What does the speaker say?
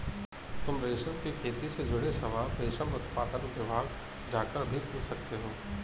तुम रेशम की खेती से जुड़े सवाल रेशम उत्पादन विभाग जाकर भी पूछ सकते हो